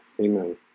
Amen